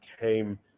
came